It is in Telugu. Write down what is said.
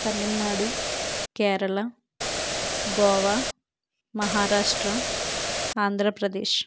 తమిళనాడు కేరళ గోవా మహారాష్ట్ర ఆంధ్రప్రదేశ్